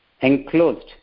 enclosed